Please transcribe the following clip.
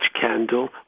candle